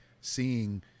seeing